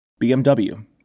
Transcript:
BMW